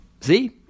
See